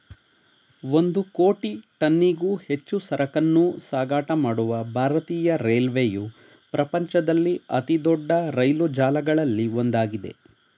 ಒಂದು ಕೋಟಿ ಟನ್ನಿಗೂ ಹೆಚ್ಚು ಸರಕನ್ನೂ ಸಾಗಾಟ ಮಾಡುವ ಭಾರತೀಯ ರೈಲ್ವೆಯು ಪ್ರಪಂಚದಲ್ಲಿ ಅತಿದೊಡ್ಡ ರೈಲು ಜಾಲಗಳಲ್ಲಿ ಒಂದಾಗಿದೆ